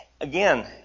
Again